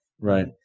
Right